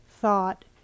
thought